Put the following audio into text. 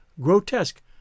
grotesque